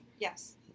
yes